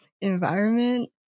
environment